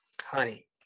honey